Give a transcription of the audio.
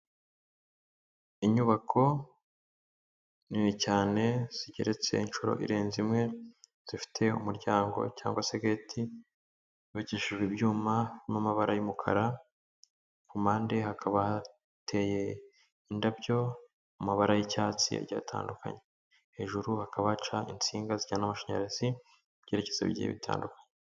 Inyubako nini cyane zigeretse inshuro irenze imwe, zifite umuryango cyangwa se geti yubakishijwe ibyuma birimo amabara y'umukara, ku mpande hakaba hateye indabyo mu mabara y'icyatsi agiye atandukanye, hejuru hakaba haca insinga zijyana amashanyarazi mu byerekezo bigiye bitandukanye.